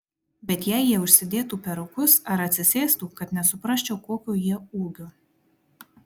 bet jei jie užsidėtų perukus ar atsisėstų kad nesuprasčiau kokio jie ūgio